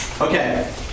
Okay